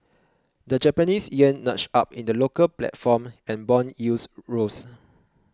the Japanese yen nudged up in the local platform and bond yields rose